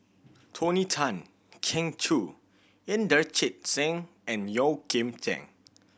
Tony Tan Keng Joo Inderjit Singh and Yeoh Ghim Seng